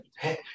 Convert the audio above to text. hey